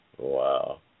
Wow